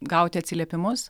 gauti atsiliepimus